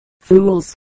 fools